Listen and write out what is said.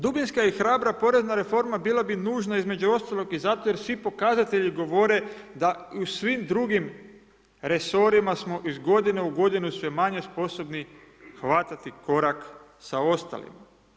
Dubinska i hrabra porezna reforma bila bi nužna između ostalog i zato jer svi pokazatelji govore da i u svim drugim resorima smo iz godine u godinu sve manje sposobni hvatati korak sa ostalima.